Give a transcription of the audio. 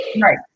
Right